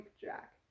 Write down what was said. Jack